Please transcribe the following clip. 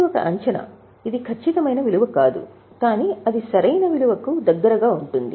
ఇది ఒక అంచనా ఇది ఖచ్చితమైన విలువ కాదు కానీ అది సరైన విలువకు దగ్గరగా ఉంటుంది